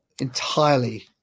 entirely